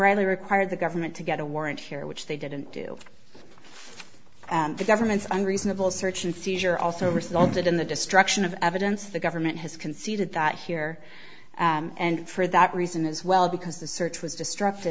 really required the government to get a warrant here which they didn't do the government's on reasonable search and seizure also resulted in the destruction of evidence the government has conceded that here and for that reason as well because the search was destruct